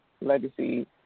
legacy